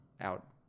out